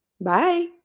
Bye